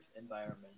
environment